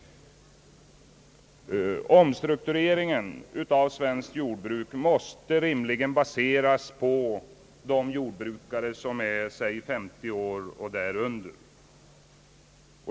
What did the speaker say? Omstruktureringen av svenskt jordbruk måste rimligen baseras på de jordbrukare som är 50 år och därunder.